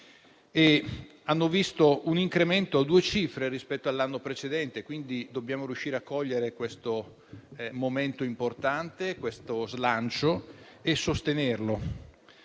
che hanno visto un incremento a due cifre rispetto all'anno precedente. Dobbiamo quindi riuscire a cogliere questo momento importante, questo slancio, e a sostenerlo.